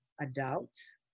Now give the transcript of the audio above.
adults